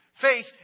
Faith